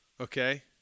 okay